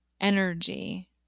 energy